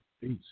Peace